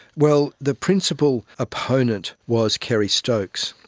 well, the principal opponent was kerry stokes,